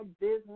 business